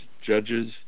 judges